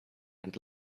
and